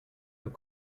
nous